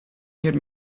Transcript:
мир